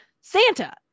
Santa